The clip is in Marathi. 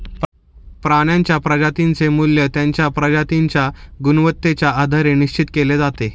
प्राण्यांच्या प्रजातींचे मूल्य त्यांच्या प्रजातींच्या गुणवत्तेच्या आधारे निश्चित केले जाते